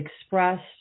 expressed